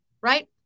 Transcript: right